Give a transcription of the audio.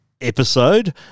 episode